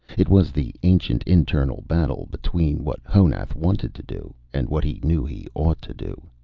it was the ancient internal battle between what honath wanted to do, and what he knew he ought to do.